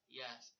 yes